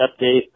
update